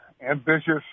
ambitious